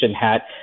hat